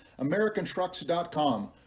americantrucks.com